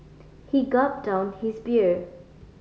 he gulped down his beer